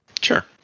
Sure